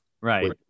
Right